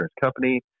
company